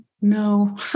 no